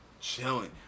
chilling